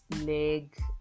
leg